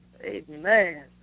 Amen